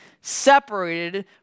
separated